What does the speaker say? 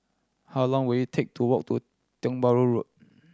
how long will it take to walk to Tiong Bahru Road